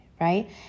right